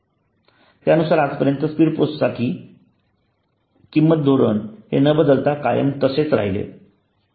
त्यानुसार आजपर्यंत स्पीड पोस्टसाठीचे किंमत धोरण हे न बदलता कायम तसेच राहिले आहे